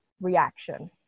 reaction